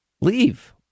Leave